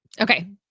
Okay